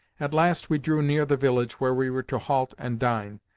at last we drew near the village where we were to halt and dine.